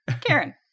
Karen